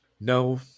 No